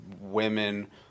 women